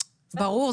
ברור.